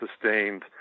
sustained